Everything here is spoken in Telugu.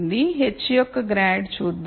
H యొక్క గ్రాడ్ చూద్దాం